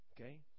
Okay